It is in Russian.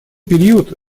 период